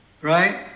right